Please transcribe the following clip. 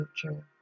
future